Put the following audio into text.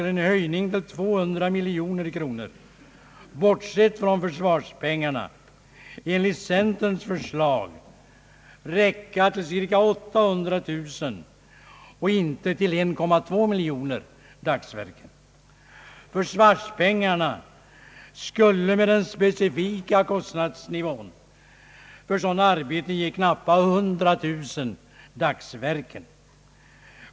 En höjning med 200 miljoner kronor enligt centerns förslag skulle, bortsett från försvarspengarna, räcka till cirka 800 000 och inte till 1,2 miljon dagsverken. | Försvarspengarna skulle, med den specifika kostnadsnivån för sådana arbeten, ge knappa 100000 dagsverken.